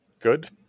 good